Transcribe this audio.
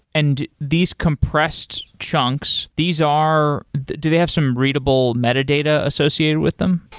and these compressed chunks, these are do they have some readable metadata associated with them?